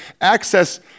access